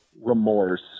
remorse